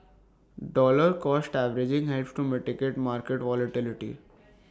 dollar cost averaging helps to mitigate market volatility